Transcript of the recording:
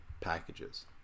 packages